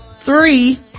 three